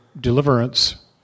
deliverance